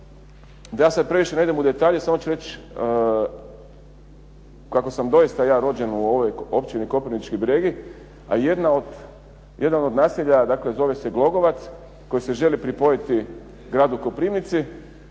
ja sada previše ne idem u detalje, samo ću reći kako sam doista ja rođen u ovoj općini Koprivnički Bregi a jedna od, jedan od naselja dakle zove se Glogovac koji se želi pripojiti gradu Koprivnici.